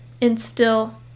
instill